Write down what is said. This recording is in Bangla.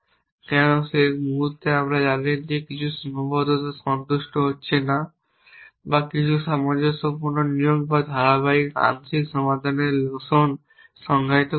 কেন কারণ যে মুহূর্তে আপনি জানেন যে কিছু সীমাবদ্ধতা সন্তুষ্ট হচ্ছে না বা কিছু আমরা সামঞ্জস্যপূর্ণ নিয়োগ বা ধারাবাহিক আংশিক সমাধানের লোশন সংজ্ঞায়িত করেছি